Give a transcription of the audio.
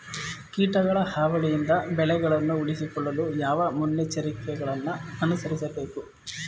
ಕೀಟಗಳ ಹಾವಳಿಯಿಂದ ಬೆಳೆಗಳನ್ನು ಉಳಿಸಿಕೊಳ್ಳಲು ಯಾವ ಮುನ್ನೆಚ್ಚರಿಕೆಗಳನ್ನು ಅನುಸರಿಸಬೇಕು?